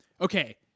Okay